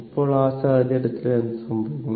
അപ്പോൾ ആ സാഹചര്യത്തിൽ എന്ത് സംഭവിക്കും